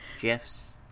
Gifs